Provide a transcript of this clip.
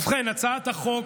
ובכן, הצעת החוק